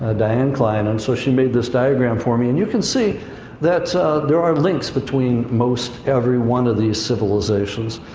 ah diane klein. and so she made this diagram for me. and you can see that there are links between most every one of these civilizations.